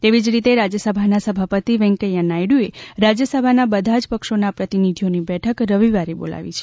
એવી જ રીતે રાજ્યસભા સભાપતિ વેંકૈયા નાયડુએ રાજ્યસભા બધા જ પક્ષોનાં પ્રતિનિધીઓની બેઠક રવિવારે બોલાવી છે